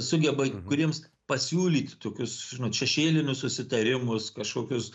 sugeba kuriems pasiūlyt tokius šešėlinius susitarimus kažkokius